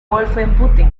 wolfenbüttel